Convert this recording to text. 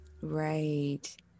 Right